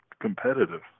competitive